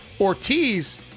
Ortiz